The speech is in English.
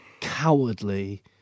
cowardly